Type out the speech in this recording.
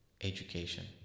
education